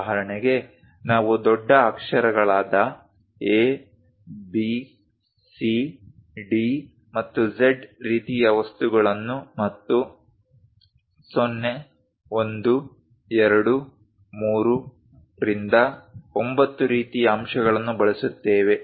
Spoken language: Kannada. ಉದಾಹರಣೆಗೆ ನಾವು ದೊಡ್ಡ ಅಕ್ಷರಗಳಾದ A B C D ಮತ್ತು Z ರೀತಿಯ ವಸ್ತುಗಳನ್ನು ಮತ್ತು 0 1 2 3 ರಿಂದ 9 ರೀತಿಯ ಅಂಶಗಳನ್ನು ಬಳಸುತ್ತೇವೆ